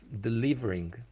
delivering